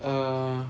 err